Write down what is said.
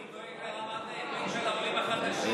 אני דואג לרמת העברית של העולים החדשים,